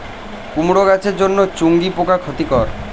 কুমড়ো গাছের জন্য চুঙ্গি পোকা ক্ষতিকর?